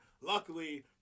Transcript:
Luckily